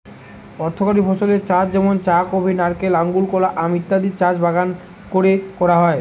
অর্থকরী ফসলের চাষ যেমন চা, কফি, নারকেল, আঙুর, কলা, আম ইত্যাদির চাষ বাগান কোরে করা হয়